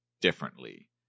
differently